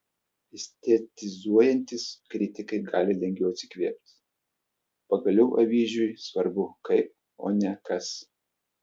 estetizuojantys kritikai gali lengviau atsikvėpti pagaliau avyžiui svarbiau kaip o ne kas